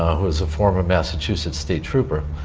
who is a former massachusetts state trooper.